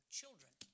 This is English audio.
children